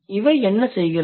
இவை என்ன செய்கிறது